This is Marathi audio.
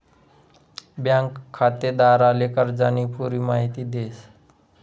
बँक खातेदारले कर्जानी पुरी माहिती देस